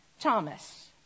Thomas